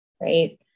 right